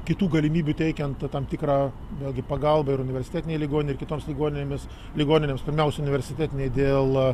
kitų galimybių teikiant tam tikrą vėlgi pagalbą ir universitetinei ligoninei kitoms ligoninėmis ligoninėms pirmiausia universitetinei dėl